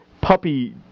puppy